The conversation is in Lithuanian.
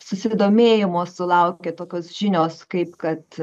susidomėjimo sulaukė tokios žinios kaip kad